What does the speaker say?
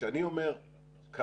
וכשאני אומר כרגע,